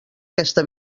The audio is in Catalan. aquesta